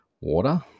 water